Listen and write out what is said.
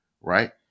right